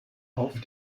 auf